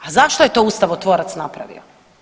A zašto je to ustavotvorac napravio?